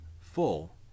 full